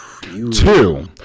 Two